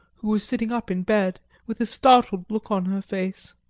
who was sitting up in bed, with a startled look on her face.